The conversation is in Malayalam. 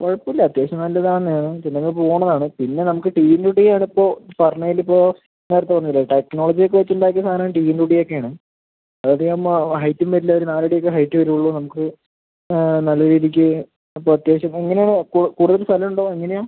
കുഴപ്പം ഇല്ല അത്യാവശ്യം നല്ലതാണ് പിന്നെ അങ്ങ് പോവുന്നതാണ് പിന്നെ നമുക്ക് ടീൻമുടി ആണ് ഇപ്പം പറഞ്ഞതിൽ ഇപ്പോൾ നേരത്ത പറഞ്ഞില്ലെ ടെക്നോളജി ഒക്കെ വെച്ച് ഉണ്ടാക്കിയ സാധനം ടീൻമുടി ഒക്കെ ആണ് അത് ഒക്കെ ആവുമ്പം ഹൈറ്റും വരില്ല ഒര് നാലടി ഒക്കെ ഹൈറ്റ് വരൂള്ളു നമുക്ക് നല്ല രീതിക്ക് അപ്പം അത്യാവശ്യം എങ്ങനെ ആണ് കൂ കൂടുതൽ സ്ഥലം ഉണ്ടോ എങ്ങനെയാണ്